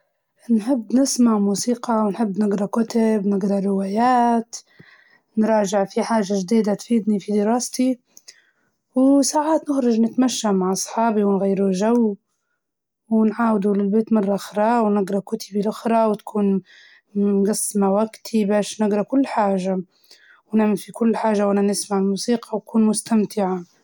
بصراحة نحب نقرأ كتب خصوصا عن تطوير الذات، وأحيانا نقعد نتابع مسلسلات، أو ندير رياضة خفيفة، أو نتفرج على فيلم أو.